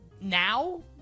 Now